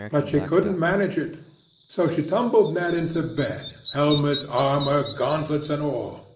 but she couldn't manage it so she tumbled ned into bed, helmet, armour, gauntlets, and all.